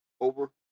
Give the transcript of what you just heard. over